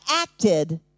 acted